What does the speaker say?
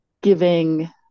giving